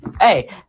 Hey